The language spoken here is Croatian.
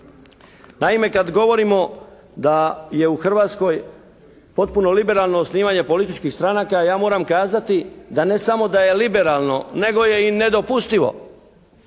Naime kad govorimo da je u Hrvatskoj potpuno liberalno osnivanje političkih stranaka ja moram kazati da ne samo da je liberalno nego je i nedopustivo.